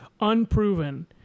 unproven